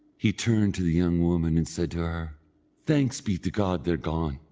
he turned to the young woman and said to her thanks be to god, they're gone.